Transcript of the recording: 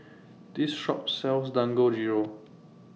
This Shop sells Dangojiru